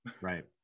Right